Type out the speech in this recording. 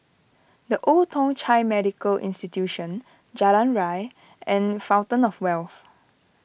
the Old Thong Chai Medical Institution Jalan Ria and Fountain of Wealth